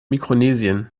mikronesien